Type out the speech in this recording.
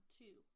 two